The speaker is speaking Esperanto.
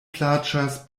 plaĉas